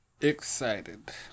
excited